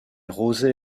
rozay